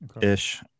ish